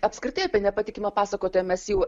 apskritai apie nepatikimą pasakotoją mes jau